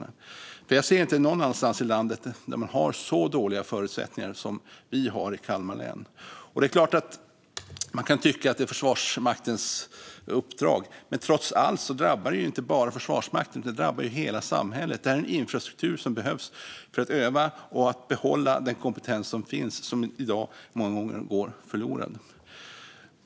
Jag ser inte att man någon annanstans i landet har så dåliga förutsättningar som vi har i Kalmar län. Det är klart att man kan tycka att detta är Försvarsmaktens uppdrag. Men det drabbar trots allt inte bara Försvarsmakten, utan det drabbar hela samhället. Detta är en infrastruktur som behövs för att öva och behålla den kompetens som finns, som i dag många gånger går förlorad.